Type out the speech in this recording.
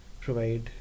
provide